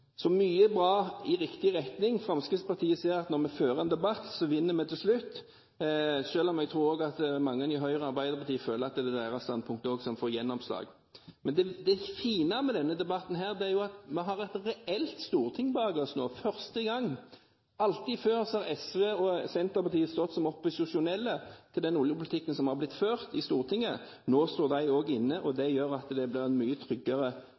Så det er mye bra i riktig retning. Fremskrittspartiet ser at når vi fører en debatt, så vinner vi til slutt, selv om jeg tror at det er mange i Høyre og i Arbeiderpartiet som føler at det også er deres standpunkt som får gjennomslag. Det fine med denne debatten er at vi har et reelt storting bak oss nå for første gang. Alltid før har SV og Senterpartiet stått som opposisjonelle til den oljepolitikken som har blitt ført i Stortinget. Nå står de også inne, og det gjør at det nå blir en mye tryggere